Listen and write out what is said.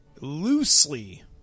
loosely